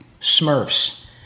Smurfs